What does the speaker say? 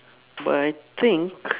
but I think